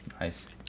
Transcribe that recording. nice